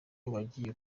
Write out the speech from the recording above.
yagiye